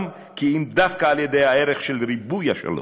כי אם דווקא על ידי הערך של ריבוי השלום,